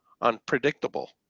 unpredictable